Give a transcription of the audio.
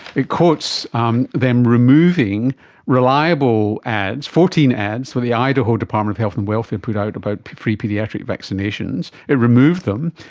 it quotes um them removing reliable ads, fourteen ads that the idaho department of health and welfare put out about free paediatric vaccinations, it removed them,